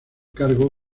cargo